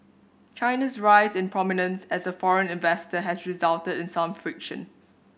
China's rise in prominence as a foreign investor has resulted in some friction